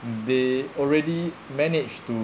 they already managed to